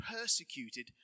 persecuted